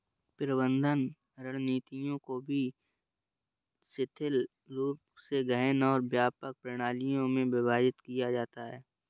प्रबंधन रणनीतियों को भी शिथिल रूप से गहन और व्यापक प्रणालियों में विभाजित किया जाता है